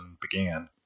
began